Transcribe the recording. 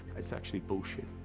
it's actually bullshit.